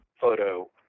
photo